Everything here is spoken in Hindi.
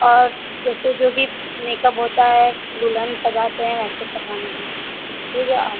और जैसे जो भी मेकअप होता है दुल्हन सजाते हैं वैसे करवाना है ठीक है और